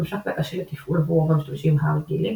ממשק זה קשה לתפעול עבור רוב המשתמשים ה"רגילים"